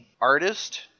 artist